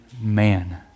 man